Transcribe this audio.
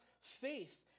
faith